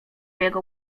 jego